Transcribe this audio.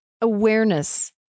awareness